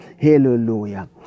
hallelujah